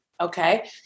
okay